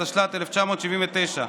התשל"ט 1979,